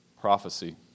Prophecy